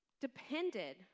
depended